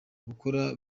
gukora